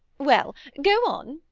well? go on.